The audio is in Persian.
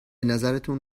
نظرتون